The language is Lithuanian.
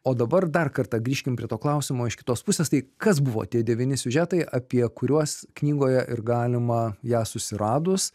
o dabar dar kartą grįžkim prie to klausimo iš kitos pusės tai kas buvo tie devyni siužetai apie kuriuos knygoje ir galima ją susiradus